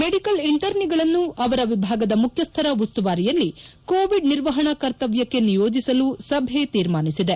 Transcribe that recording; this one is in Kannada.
ಮೆಡಿಕಲ್ ಇಂಟರ್ನಿಗಳನ್ನು ಅವರ ವಿಭಾಗದ ಮುಖ್ಯಸ್ಥರ ಉಸ್ತುವಾರಿಯಲ್ಲಿ ಕೋವಿಡ್ ನಿರ್ವಹಣಾ ಕರ್ತವ್ಯಕ್ಕೆ ನಿಯೋಜಿಸಲು ಸಭೆ ತೀರ್ಮಾನಿಸಿದೆ